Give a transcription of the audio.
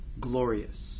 glorious